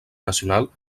nacional